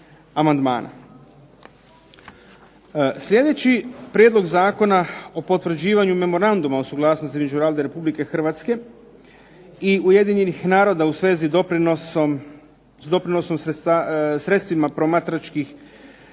Sljedeći Prijedlog zakona o potvrđivanju Memoranduma o suglasnosti između Vlade Republike Hrvatske i Ujedinjenih naroda u svezi s doprinosom sredstvima promatračkih